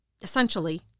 essentially